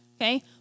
Okay